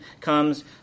comes